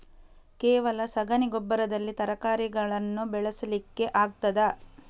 ಕೇವಲ ಸಗಣಿ ಗೊಬ್ಬರದಲ್ಲಿ ತರಕಾರಿಗಳನ್ನು ಬೆಳೆಸಲಿಕ್ಕೆ ಆಗ್ತದಾ?